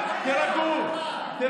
תירגעו.